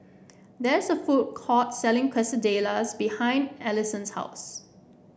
there is a food court selling Quesadillas behind Allisson's house